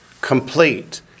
complete